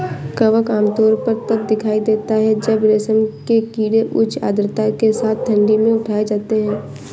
कवक आमतौर पर तब दिखाई देता है जब रेशम के कीड़े उच्च आर्द्रता के साथ ठंडी में उठाए जाते हैं